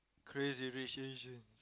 Crazy-Rich-Asians